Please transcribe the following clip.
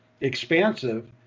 expansive